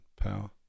power